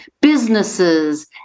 businesses